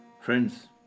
Friends